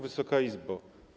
Wysoka Izbo!